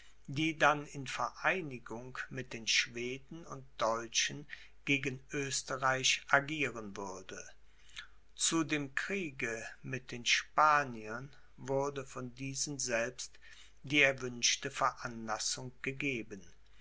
die dann in vereinigung mit den schweden und deutschen gegen oesterreich agieren würde zu dem kriege mit den spaniern wurde von diesen selbst die erwünschte veranlassung gegeben